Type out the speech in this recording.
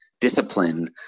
discipline